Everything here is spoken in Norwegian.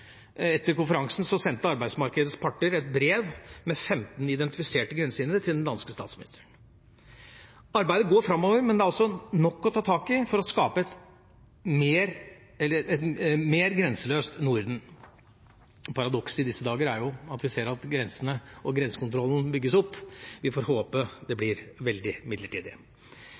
Etter konferansen sendte arbeidsmarkedets parter et brev med 15 identifiserte grensehindre til den danske statsministeren. Arbeidet går framover, men det er også nok å ta tak i for å skape et mer grenseløst Norden. Paradokset i disse dager er at vi ser at grensene og grensekontrollen bygges opp. Vi får håpe det blir veldig midlertidig.